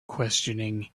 questioning